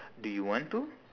do you want to